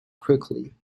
quickly